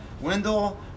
Wendell